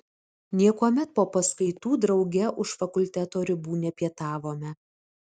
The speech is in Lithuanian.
niekuomet po paskaitų drauge už fakulteto ribų nepietavome